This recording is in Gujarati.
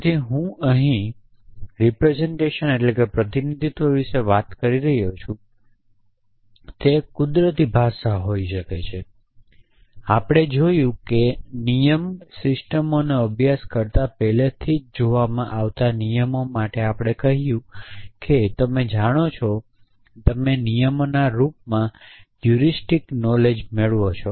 તેથી હું અહીં પ્રતિનિધિત્વ વિશે વાત કરી રહ્યો છું તે એક કુદરતી ભાષા હોઈ શકે છે આપણે જોયું નિયમ સિસ્ટમોનો અભ્યાસ કરતા પહેલાથી જ જોવામાં આવતા નિયમો આપણે કહ્યું હતું કે તમે જાણો છો કે તમે નિયમોના રૂપમાં હયુરીસટીક નોલેજ મેળવી શકો છો